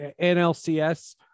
NLCS